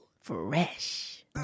Fresh